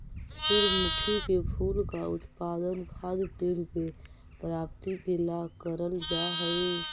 सूर्यमुखी के फूल का उत्पादन खाद्य तेल के प्राप्ति के ला करल जा हई